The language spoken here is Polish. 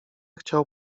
chciał